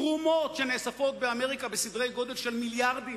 תרומות שנאספות באמריקה בסדרי-גודל של מיליארדים